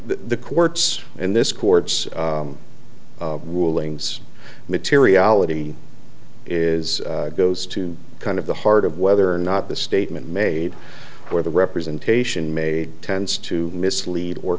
the courts in this court's rulings materiality is goes to kind of the heart of whether or not the statement made or the representation made tends to mislead or